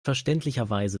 verständlicherweise